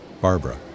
Barbara